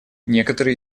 некоторые